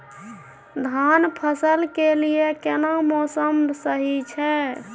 धान फसल के लिये केना मौसम सही छै?